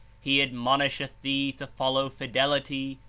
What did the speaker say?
he admonlsheth thee to follow fidelity,